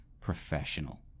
professional